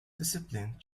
disciplined